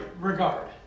regard